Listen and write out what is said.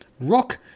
rock